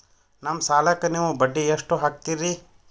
ನಮ್ಮ ಸಾಲಕ್ಕ ನೀವು ಬಡ್ಡಿ ಎಷ್ಟು ಹಾಕ್ತಿರಿ?